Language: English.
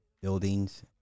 buildings